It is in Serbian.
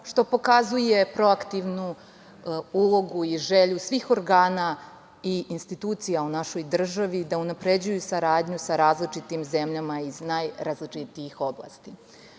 što pokazuje proaktivnu ulogu i želju svih organa i institucija u našoj državi da unapređuju saradnju sa različitim zemljama iz najrazličitijih oblasti. Ono